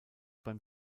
beim